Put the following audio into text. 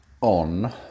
on